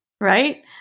Right